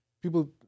people